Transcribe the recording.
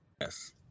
Yes